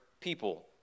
people